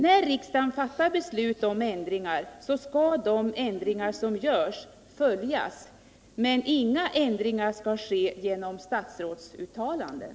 När riksdagen fattar beslut om ändringar skall de ändringar som beslutas följas, men inga ändringar kan ske enbart genom statsrådsuttalanden.